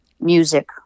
music